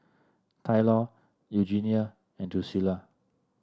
Tylor Eugenia and Drucilla